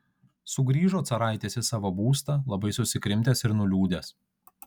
sugrįžo caraitis į savo būstą labai susikrimtęs ir nuliūdęs